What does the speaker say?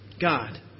God